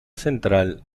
central